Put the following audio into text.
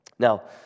Now